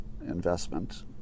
investment